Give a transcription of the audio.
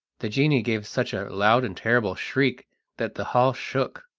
the genie gave such a loud and terrible shriek that the hall shook.